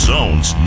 Zone's